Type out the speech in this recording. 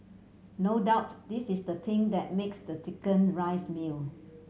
no doubt this is the thing that makes the chicken rice meal